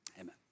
amen